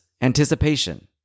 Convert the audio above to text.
anticipation